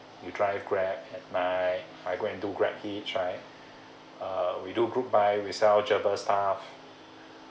we drive Grab at night I go and do Grab pitch right uh we do group buy we sell Gerber stuff